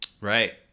Right